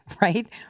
right